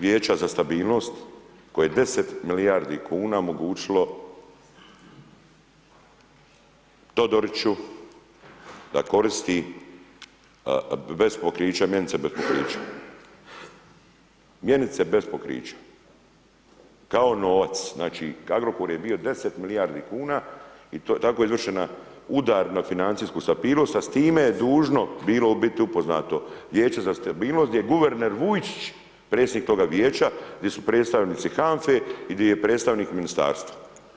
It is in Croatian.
vijeća za stabilnost koje je 10 milijardi kuna omogućilo Todoriću da koristi bez pokrića mjenice, bez pokrića, mjenice bez pokrića, kao novac, znači, Agrokor je bio 10 milijardi kuna i tako je izvršena udar na financijsku stabilnost, a s time je dužno bilo u biti upoznato vijeće za stabilnost gdje je guverner Vujčić, predsjednik toga vijeća, gdje su predstavnici HANFA-e i gdje je predstavnik ministarstva.